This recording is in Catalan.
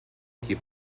qui